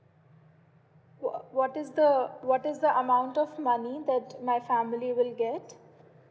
what what is the what is the amount of money that my family will get